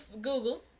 Google